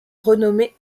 renommée